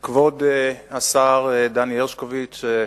תודה רבה, כבוד השר דני הרשקוביץ,